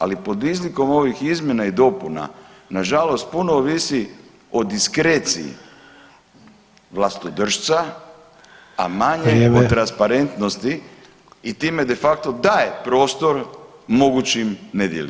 Ali pod izlikom ovih izmjena i dopuna, nažalost puno ovisi o diskreciji vlastodršca, [[Upadica Sanader: Vrijeme.]] a manje o transparentnosti i time de facto daje prostor mogućim nedjelima.